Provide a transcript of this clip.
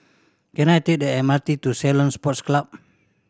can I take the M R T to Ceylon Sports Club